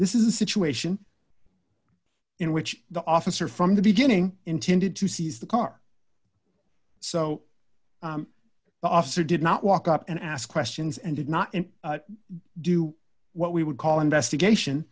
this is a situation in which the officer from the beginning intended to seize the car so the officer did not walk up and ask questions and did not do what we would call investigation